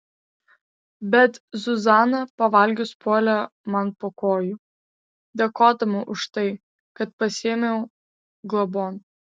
bet zuzana pavalgius puolė man po kojų dėkodama už tai kad pasiėmiau globon